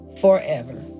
forever